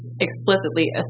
explicitly